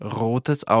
rotes